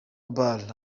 bar